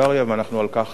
ועל כך אנחנו מודים,